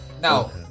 Now